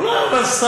הוא לא היה אומר סתם.